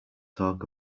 talk